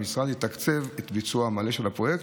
המשרד יתקצב את הביצוע המלא של הפרויקט,